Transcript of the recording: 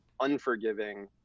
unforgiving